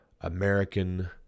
American